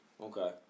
okay